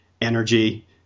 energy